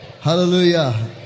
Hallelujah